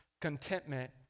contentment